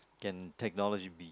can technology be